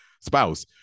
spouse